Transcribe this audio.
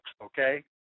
okay